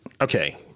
Okay